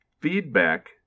feedback